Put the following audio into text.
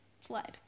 slide